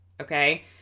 okay